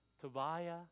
Tobiah